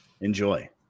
enjoy